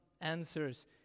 answers